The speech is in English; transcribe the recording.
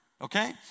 okay